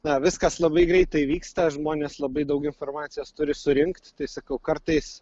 na viskas labai greitai vyksta žmonės labai daug informacijos turi surinkt tai sakau kartais